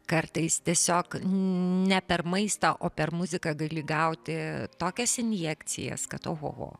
kartais tiesiog ne per maistą o per muziką gali gauti tokias injekcijas kad o ho ho